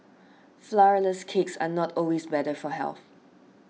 Flourless Cakes are not always better for health